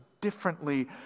Differently